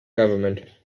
government